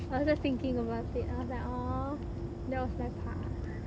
I was just thinking about it I was like oh then I was like ha